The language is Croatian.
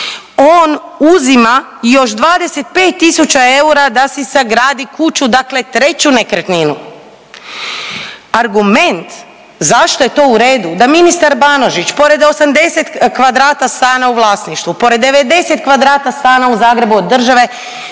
on uzima još 25.000 eura da si sagradi kuću, dakle treću nekretninu. Argument zašto je to u redu da ministar Banožić pored 80 kvadrata stana u vlasništvu, pored 90 kvadrata stana u Zagrebu od države